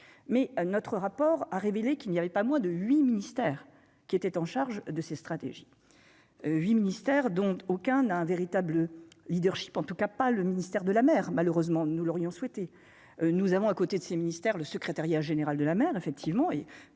mais notre rapport a révélé qu'il n'y avait pas moins de 8 ministères qui était en charge de ces stratégies 8 ministères, dont aucun, à un véritable Leadership en tout cas pas le ministère de la mer, malheureusement, nous l'aurions souhaité, nous avons à côté de ses ministères, le secrétariat général de la mer, effectivement, et